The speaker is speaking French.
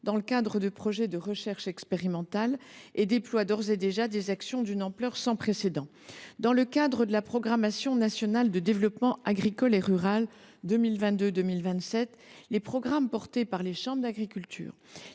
dans le cadre de projets de recherche expérimentale et déploie d’ores et déjà des actions d’une ampleur sans précédent. Dans le cadre du programme national de développement agricole et rural (PNDAR) 2022 2027, les programmes portés par les chambres d’agriculture,